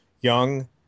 Young